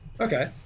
Okay